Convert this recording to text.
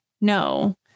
no